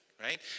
right